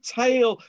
tail